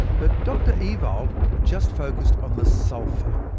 but dr ewald just focused on the sulphur.